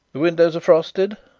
the windows are frosted?